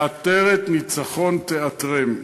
ועטרת ניצחון תעטרם.